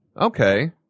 Okay